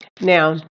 Now